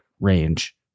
range